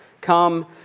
come